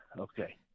Okay